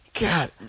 God